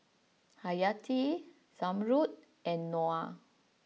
Hayati Zamrud and Noah